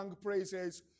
praises